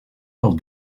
del